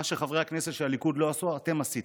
מה שחברי הכנסת של הליכוד לא עשו, אתם עשיתם,